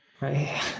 Right